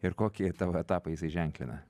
ir kokį tavo etapą jisai ženklina